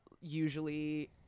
usually